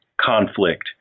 Conflict